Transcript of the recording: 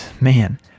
man